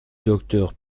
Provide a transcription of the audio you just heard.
docteur